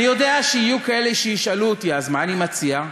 אני יודע שיהיו כאלו שישאלו אותי אז מה אני מציע.